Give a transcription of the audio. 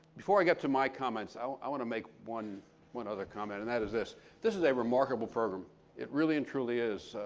before i get to my comments, i i want to make one one other comment and that is this this is a remarkable program it really and truly is.